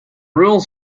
rules